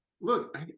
look